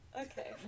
Okay